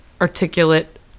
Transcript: articulate